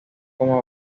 como